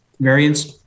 variants